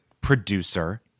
producer